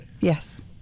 Yes